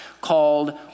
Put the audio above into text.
called